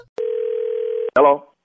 Hello